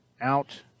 out